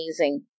amazing